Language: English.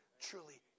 truly